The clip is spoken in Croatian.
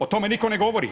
O tome nitko ne govori.